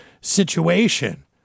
situation